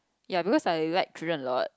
ya because I like children a lot